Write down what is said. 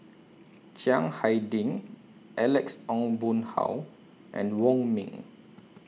Chiang Hai Ding Alex Ong Boon Hau and Wong Ming